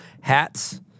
hats